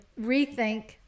rethink